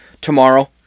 tomorrow